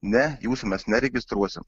ne jūs mes neregistruosim